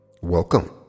welcome